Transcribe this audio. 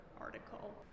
Article